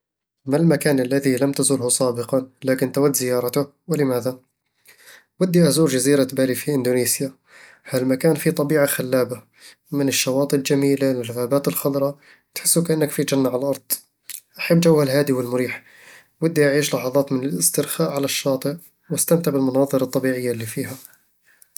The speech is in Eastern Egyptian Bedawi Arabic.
ما المكان الذي لم تزره سابقًا لكن تود زيارته، ولماذا؟ ودي أزور جزيرة بالي في إندونيسيا هالمكان فيه طبيعة خلابة، من الشواطئ الجميلة للغابات الخضراء، تحس وكأنك في جنة على الأرض أحب جوها الهادئ والمريح، ودي أعيش لحظات من الاسترخاء على الشاطئ وأستمتع بالمناظر الطبيعية اللي فيها